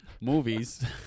Movies